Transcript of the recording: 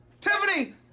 Tiffany